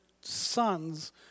sons